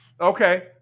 Okay